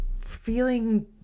feeling